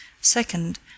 Second